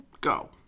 Go